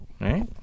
Right